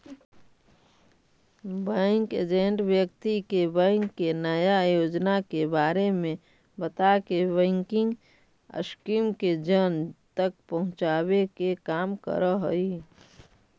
bank agent व्यक्ति के bank के नया योजना के बारे में बताके बैंकिंग स्कीम के जन जन तक पहुंचावे के काम करऽ हइ